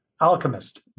Alchemist